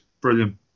Brilliant